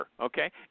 Okay